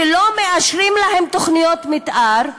שלא מאשרים להם תוכניות מתאר.